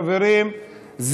חברים,